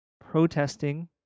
protesting